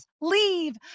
leave